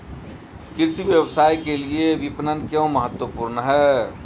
कृषि व्यवसाय के लिए विपणन क्यों महत्वपूर्ण है?